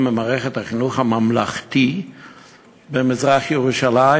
ממערכת החינוך הממלכתי במזרח-ירושלים,